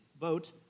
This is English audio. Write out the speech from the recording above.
vote